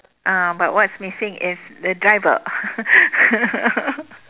ah but what's missing is the driver